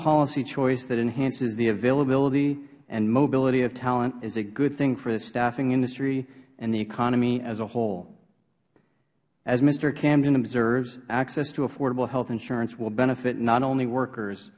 policy choice that enhances the availability and mobility of talent is a good thing for the staffing industry and the economy as a whole as mister camden observes access to affordable health insurance will benefit not only workers